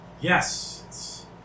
yes